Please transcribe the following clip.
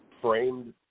framed